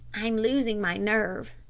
i'm losing my nerve,